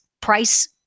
price